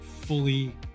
fully